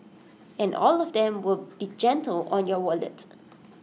and all of them will be gentle on your wallet